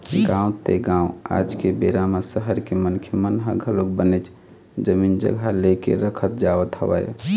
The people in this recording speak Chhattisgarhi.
गाँव ते गाँव आज के बेरा म सहर के मनखे मन ह घलोक बनेच जमीन जघा ले के रखत जावत हवय